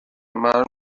معلوم